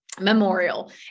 Memorial